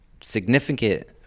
significant